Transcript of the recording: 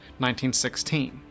1916